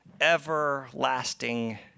everlasting